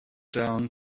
down